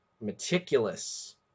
meticulous